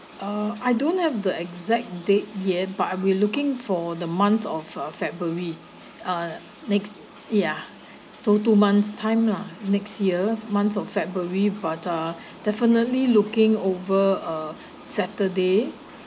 uh I don't have the exact date yet but we're looking for the month of uh february uh next ya so two months' time lah next year months of february but uh definitely looking over a saturday